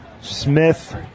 Smith